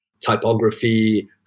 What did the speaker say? typography